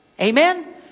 Amen